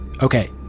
Okay